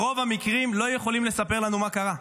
ברוב המקרים הם לא יכולים לספר לנו מה קרה.